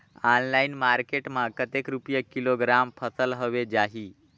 Online market मां कतेक रुपिया किलोग्राम फसल हवे जाही?